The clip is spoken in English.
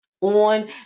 on